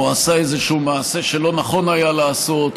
או עשה איזשהו מעשה שלא נכון היה לעשות,